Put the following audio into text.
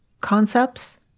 concepts